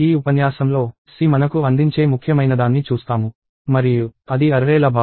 ఈ ఉపన్యాసంలో C మనకు అందించే ముఖ్యమైనదాన్ని చూస్తాము మరియు అది అర్రే ల భావన